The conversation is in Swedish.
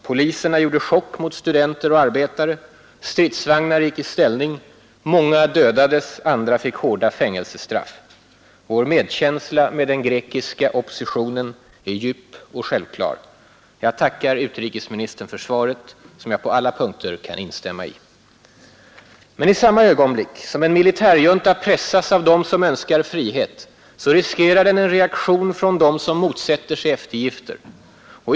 Poliser gjorde chock mot studenter och arbetare, stridsvagnar gick i ställning, många dödades, andra fick hårda fängelsestraff. Vår medkänsla med den grekiska oppositionen är djup och självklar. Jag tackar utrikesministern för svaret, som jag på alla punkter kan instämma i. Men i samma ögonblick som en militärjunta pressas av dem som önskar frihet riskerar den en reaktion från dem som motsätter sig eftergifter.